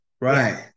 right